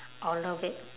I'll love it